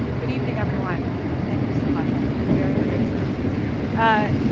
good evening everyone thank you so much, i'm very very excited to be here.